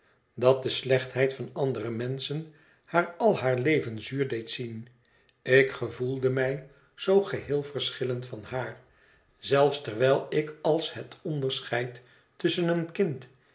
dat de slechtheid van andere menschen haar al haar leven zuur deed zien ik gevoelde mij zoo geheel verschillend van haar zelfs terwijl ik al het onderscheid tusschen een kind